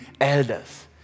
elders